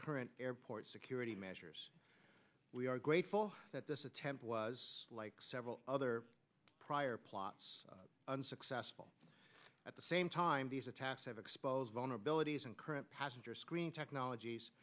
current airport security measures we are grateful that this attempt was like several other prior plots unsuccessful at the same time these attacks have exposed vulnerabilities in current passenger screening technologies